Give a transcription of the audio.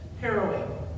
harrowing